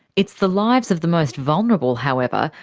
it's the lives of the most vulnerable, however,